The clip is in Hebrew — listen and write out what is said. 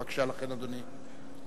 בבקשה, אדוני.